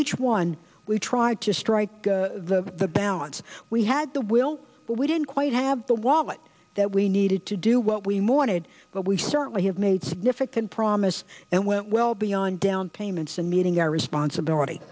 each one we tried to strike the balance we had the will but we didn't quite have the wallet that we needed to do what we more did but we certainly have made significant promise and went well beyond down payments and meeting our responsibility